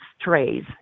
strays